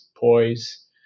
Poise